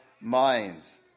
minds